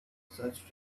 such